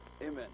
amen